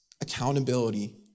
accountability